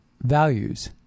values